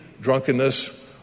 drunkenness